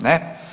Ne.